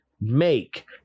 make